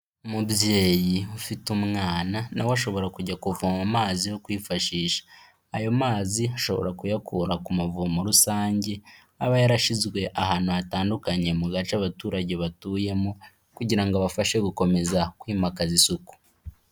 Umubyeyi ufite umwana na we ashobora kujya kuvoma amazi yo kwifashisha, ayo mazi ashobora kuyakura ku mavomo rusange, aba yarashyizwe ahantu hatandukanye mu gace abaturage batuyemo kugira ngo abafashe gukomeza kwimakaza isuku.